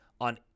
on